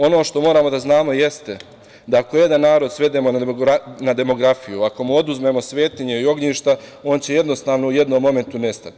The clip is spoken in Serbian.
Ono što moramo da znamo jeste da ako jedan narod svedemo na demografiju, ako mu oduzmimo svetinje i ognjišta, on će jednostavno u jednom momentu nestati.